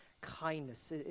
kindness